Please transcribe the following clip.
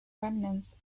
remnants